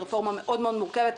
הרפורמה מאוד מורכבת,